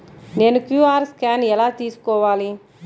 నేను QR scan ఎలా తీసుకోవాలి?